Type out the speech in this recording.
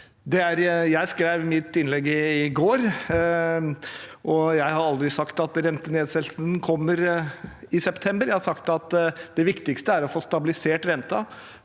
Jeg skrev mitt innlegg i går. Jeg har aldri sagt at rentenedsettelsen kommer i september – jeg har sagt at det viktigste er å få stabilisert renten